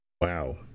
Wow